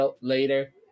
later